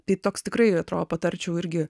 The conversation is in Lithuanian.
taip toks tikrai atrodo patarčiau irgi